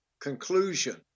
conclusion